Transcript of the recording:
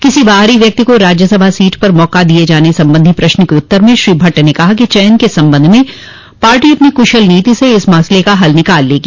किसी बाहरी व्यक्ति को राज्यसभा सीट पर मौका दिए जाने संबंधी प्रश्न के उत्तर में श्री भट्ट ने कहा कि चयन के संबंध में पार्टी अपनी कृशल नीति से इस मसले का हल निकाल लेगी